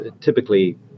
typically